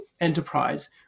enterprise